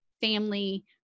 family